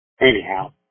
Anyhow